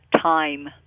time